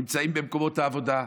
נמצאים במקומות העבודה,